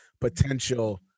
potential